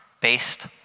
based